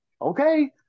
Okay